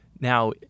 now